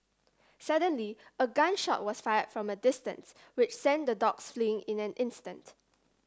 suddenly a gun shot was fired from a distance which sent the dogs fleeing in an instant